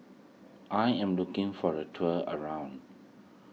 I am looking for a tour around